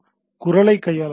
குரலைக் கையாள முடியும்